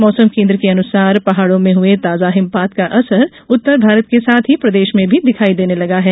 मौसम केन्द्र के अनुसार पहाड़ों में हुये ताजा हिमपात का असर उत्तर भारत के साथ ही प्रदेश में भी दिखाई देने लगा है